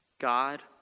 God